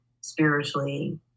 spiritually